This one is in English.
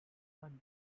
mondays